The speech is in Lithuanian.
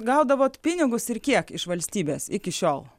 gaudavot pinigus ir kiek iš valstybės iki šiol